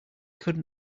could